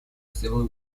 civil